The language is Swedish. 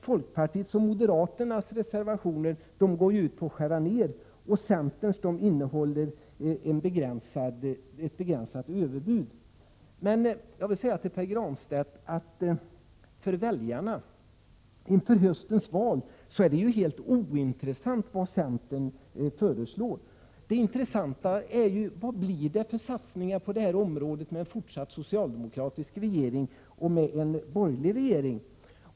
Folkpartiets och moderaternas reservationer går ut på att skära ned, och centerns reservationer innehåller ett begränsat överbud. Till Pär Granstedt vill jag säga att inför höstens val är det för väljarna helt ointressant vad centern föreslår. Det intressanta är vilka satsningar det blir på detta område med en fortsatt socialdemokratisk regering eller med en borgerlig regering.